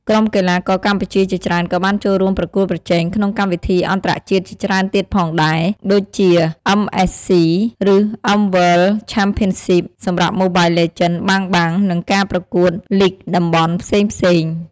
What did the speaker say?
ក្រុមកីឡាករកម្ពុជាជាច្រើនក៏បានចូលរួមប្រកួតប្រជែងក្នុងកម្មវិធីអន្តរជាតិជាច្រើនទៀតផងដែរ ដូចជាអឺមអេសស៊ី ឬ M World Championship សម្រាប់ Mobile Legends: Bang Bang និងការប្រកួតលីគតំបន់ផ្សេងៗ។